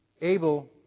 able